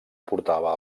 portava